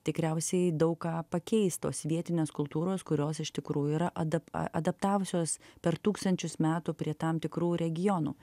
tikriausiai daug ką pakeis tos vietinės kultūros kurios iš tikrųjų yra ada adaptavusios per tūkstančius metų prie tam tikrų regionų